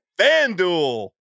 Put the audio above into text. FanDuel